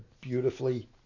beautifully